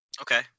okay